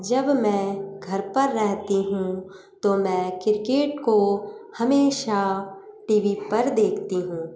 जब मै घर पर रहती हूँ तो मै क्रिकेट को हमेशा टी वी पर देखती हूँ